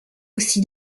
aussi